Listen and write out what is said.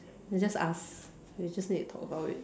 you just ask you just need to talk about it